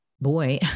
boy